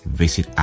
visit